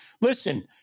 listen